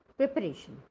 Preparation